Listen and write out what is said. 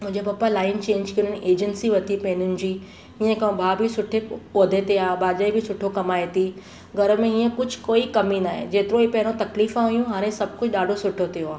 मुंहिंजे पप्पा line change कयनि एजैंसी वरिती पैननि जी हीअं कयो भाउ बि सुठे उहिदे ते आहे भाजई बि सुठो कमाए थी घर में हीअं कुझु कोई कमी नाहे जेतिरो ई पहिरों तकलीफ़ हुयुं हाणे सभु कुझु ॾाढो सुठो थियो आहे